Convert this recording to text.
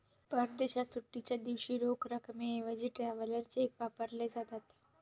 परदेशात सुट्टीच्या दिवशी रोख रकमेऐवजी ट्रॅव्हलर चेक वापरले जातात